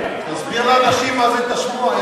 תסביר לאנשים מה זה תשמוע.